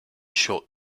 short